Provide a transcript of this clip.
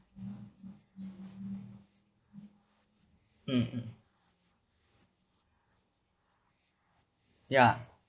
mm mm ya